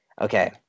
Okay